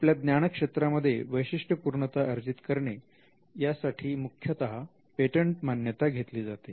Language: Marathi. आपल्या ज्ञान क्षेत्रामध्ये वैशिष्ट्यपूर्णता अर्जित करणे यासाठी मुख्यतः पेटंट मान्यता घेतली जाते